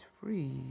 free